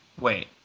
Wait